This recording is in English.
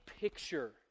picture